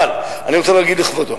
אבל אני רוצה להגיד לכבודו